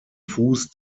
fuß